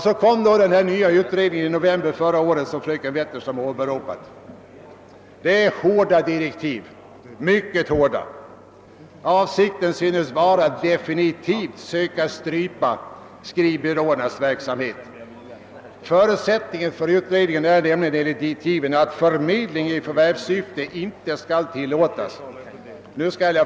Så kom den nya utredningen i november förra året som fröken Wetterström åberopade. Det är hårda direktiv, mycket hårda! Avsikten synes vara att definitivt strypa skrivbyråernas verksamhet. Förutsättningen för utredningen är nämligen enligt dess direktiv att »förmedling i förvärvssyfte inte skall till låtas».